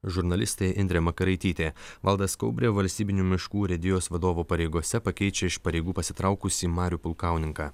žurnalistė indrė makaraitytė valdas kaubrė valstybinių miškų urėdijos vadovo pareigose pakeičia iš pareigų pasitraukusį marių pulkauninką